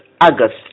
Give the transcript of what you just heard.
August